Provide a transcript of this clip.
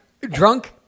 drunk